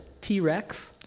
T-Rex